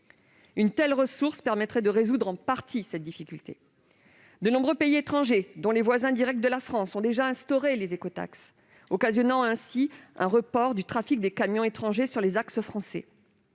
Une telle ressource permettrait de résoudre en partie cette difficulté. De nombreux pays étrangers, dont les voisins directs de la France, ont déjà instauré des « écotaxes », causant ainsi un report du trafic des camions étrangers sur les axes routiers